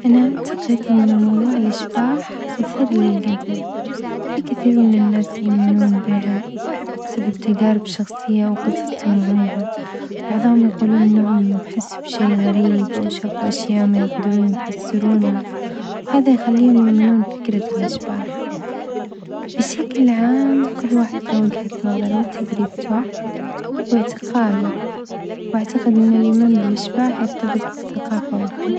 أنا أعتقد إن موظوع الأشباح مثير للجدل، في كثير من الناس يؤمنون بها بسبب تجارب شخصية أو قصص سمعوها، بعظهم يقولون أنهم حسوا بشي غريب أو شافوا أشياء ما يقدرون يفسرونها، وهذا يخليهم يؤمنون بفكرة الأشباح، بشكل عام كل واحد له وجهة نظره وتجربته واعتقاده، وأعتقد أن الإيمان بالأشباح يرتبط بالثقافة والخلفية.